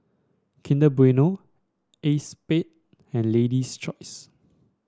Kinder Bueno Acexspade and Lady's Choice